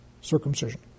circumcision